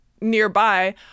nearby